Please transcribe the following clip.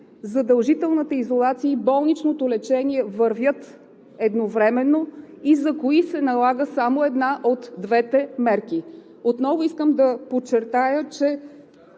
задължителната изолация и болничното лечение да вървят едновременно и за кои се налага само една от двете мерки. Отново искам да подчертая, че